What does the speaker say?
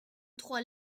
trois